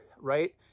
right